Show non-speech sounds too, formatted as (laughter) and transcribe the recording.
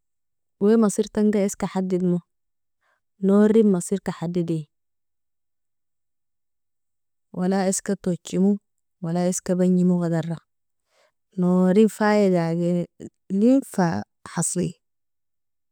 Wai masertanga iska hadidmo, norin maserla hadidi, wala iska tojemo wala iska banjimo gadara, norin (hesitation) faidagilin fa hasle.